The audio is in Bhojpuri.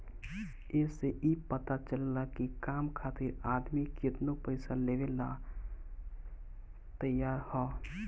ए से ई पता चलेला की काम खातिर आदमी केतनो पइसा देवेला तइयार हअ